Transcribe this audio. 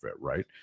right